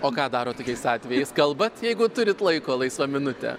o ką darot tokiais atvejais kalbat jeigu turit laiko laisvą minutę